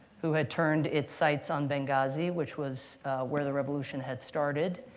who had turned its sights on benghazi, which was where the revolution had started,